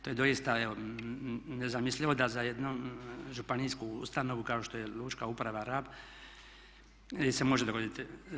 To je doista evo nezamislivo da za jednu županijsku ustanovu kao što je Lučka uprava Rab jer se može dogoditi.